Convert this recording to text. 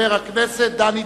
חוק ומשפט להכנתה לקריאה ראשונה.